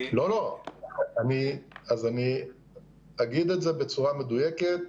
אני אגיד את זה בצורה מדויקת: